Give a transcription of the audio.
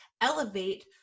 elevate